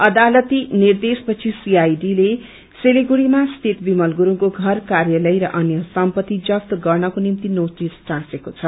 अदालती निर्देश पछि सीआईडीले सिलगढीमा स्थित विमत गुरुङको घर कार्यालय र अन्य सम्पत्ति सीज गर्नको निम्ति नोटिश्र टाँसेको छ